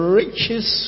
riches